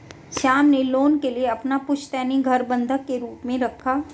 श्याम ने लोन के लिए अपना पुश्तैनी घर बंधक के रूप में रखा